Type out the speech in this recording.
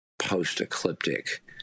post-ecliptic